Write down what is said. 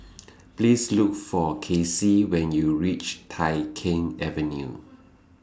Please Look For Kacey when YOU REACH Tai Keng Avenue